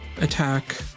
attack